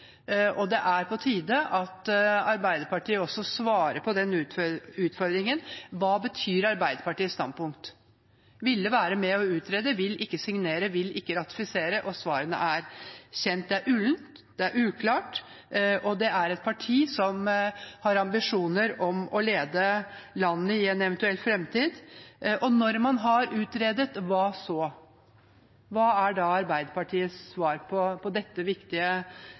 og det er på tide at Arbeiderpartiet svarer på den utfordringen: Hva betyr Arbeiderpartiets standpunkt? Ville være med og utrede, vil ikke signere, vil ikke ratifisere, og svarene er kjent. Det er ullent, det er uklart, og det er et parti som har ambisjoner om å lede landet i en eventuell framtid. Når man har utredet, hva så? Hva er da Arbeiderpartiets svar på dette viktige